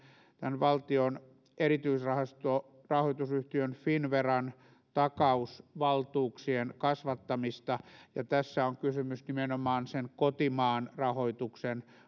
tämän valtion erityisrahoitusyhtiö finnveran takausvaltuuksien kasvattamista ja tässä on kysymys nimenomaan sen kotimaan rahoituksen